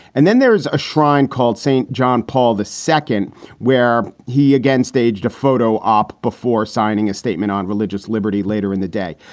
and then there is a shrine called st. john paul, the second where he again staged a photo op before signing a statement on religious liberty later in the day.